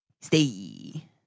Stay